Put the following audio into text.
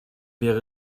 wäre